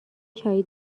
چایی